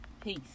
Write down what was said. peace